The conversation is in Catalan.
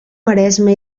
maresme